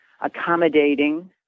accommodating